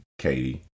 Katie